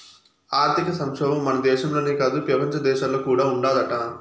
ఆర్థిక సంక్షోబం మన దేశంలోనే కాదు, పెపంచ దేశాల్లో కూడా ఉండాదట